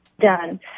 done